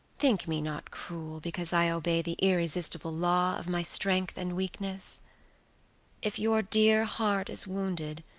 think me not cruel because i obey the irresistible law of my strength and weakness if your dear heart is wounded,